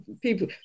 people